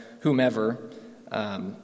whomever